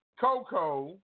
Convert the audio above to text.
Coco